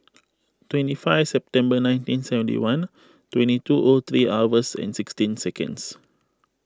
twenty five September nineteen seventy one twenty two O three hours and sixteen seconds